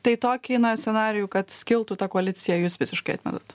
tai tokį na scenarijų kad skiltų ta koalicija jūs visiškai atmetat